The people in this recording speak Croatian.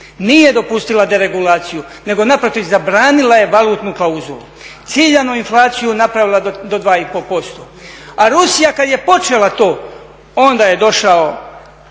Nije dopustila deregulaciju nego naprotiv zabranila je valutnu klauzulu. Ciljanu inflaciju napravila do 2,5%. A Rusija kada je počela to, onda je došao